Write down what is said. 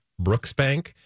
Brooksbank